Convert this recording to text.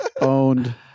owned